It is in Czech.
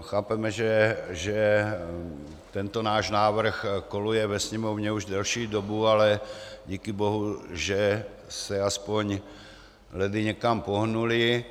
Chápeme, že tento náš návrh koluje ve Sněmovně už delší dobu, ale díky bohu že se aspoň ledy někam pohnuly.